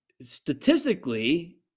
statistically